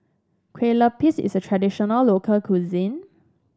Kueh Lupis is a traditional local cuisine